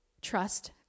trust